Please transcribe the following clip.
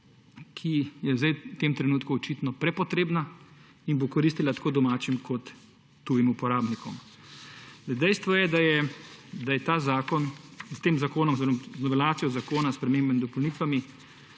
zdaj v tem trenutku očitno prepotrebna in bo koristila tako domačim kot tujim uporabnikom. Dejstvo je, da je ta zakon, s tem zakonom oziroma z uveljavitvijo(?) zakona, spremembami in dopolnitvami,